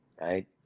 Right